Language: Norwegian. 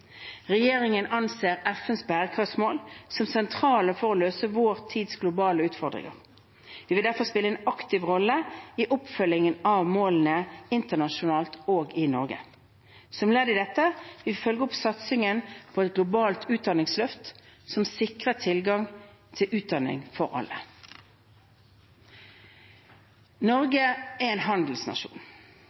Regjeringen anser FNs bærekraftsmål som sentrale for å løse vår tids globale utfordringer. Vi vil derfor spille en aktiv rolle i oppfølgingen av målene internasjonalt og i Norge. Som ledd i dette vil vi følge opp satsingen på et globalt utdanningsløft som skal sikre tilgang til utdanning for alle. Norge er en handelsnasjon.